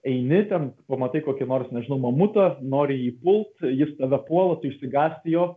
eini ten pamatai kokį nors nežinau mamutą nori jį pult jis tave puola tu išsigąsti jo